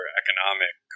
economic